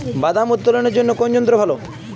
বাদাম উত্তোলনের জন্য কোন যন্ত্র ভালো?